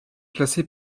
classés